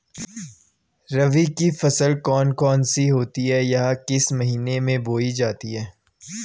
रबी की फसल कौन कौन सी होती हैं या किस महीने में बोई जाती हैं?